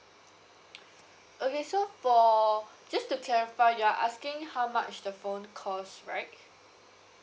okay so for just to clarify you are asking how much the phone costs right